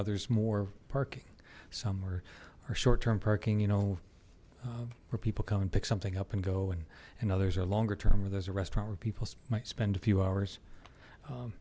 others more parking some are our short term parking you know where people come and pick something up and go and and others are longer term where there's a restaurant where people might spend a few hours